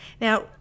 Now